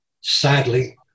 sadly